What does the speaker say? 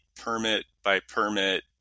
permit-by-permit